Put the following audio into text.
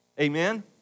Amen